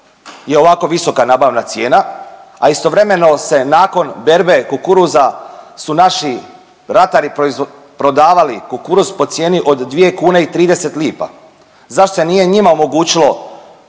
je ovako visoka nabavna cijena, a istovremeno se nakon berbe kukuruza su naši ratari prodavali kukuruz po cijeni od 2 kune i 30 lipa. Zašto se nije njima omogućilo